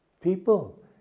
people